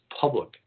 public